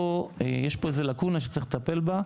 יש פה איזה לקונה שצריך לטפל בה.